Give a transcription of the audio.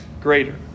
greater